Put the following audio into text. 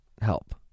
help